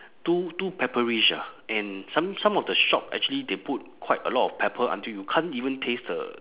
too too pepperish ah and some some of the shop actually they put quite a lot of pepper until you can't even taste the